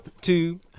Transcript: two